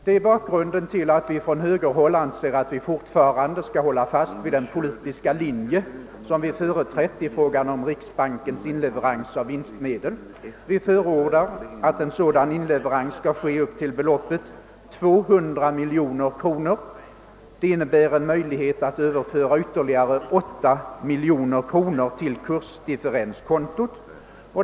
Det är bakgrunden till att vi på högerhåll anser att vi fortfarande bör hålla fast vid den politiska linje som vi företrätt i fråga om riksbankens inleveranser av vinstmedel. Vi förordar att en så dan inleverans skall ske med ett belopp upp till 200 miljoner kronor. Det innebär en möjlighet att överföra ytterligare 8 miljoner kronor till kursdifferenskontot.